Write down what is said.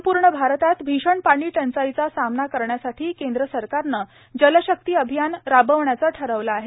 संपूर्ण भारतात भीषण पाणी टंचाईचा सामना करण्यासाठी केंद्र सरकारने जलशक्ती अभियान राबविण्याचे ठरविले आहे